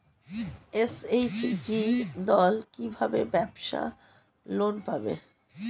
SHG দল কী ভাবে ব্যাবসা লোন পাবে?